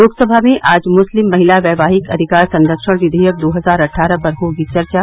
लोकसभा में आज मुस्लिम महिला वैवाहिक अधिकार संरक्षण विधेयक दो हजार अट्ठारह पर होगी चर्चा